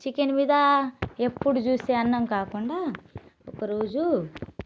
chicken మీద ఎప్పుడు చూస్తే అన్నం కాకుండా ఒకరోజు